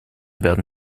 werden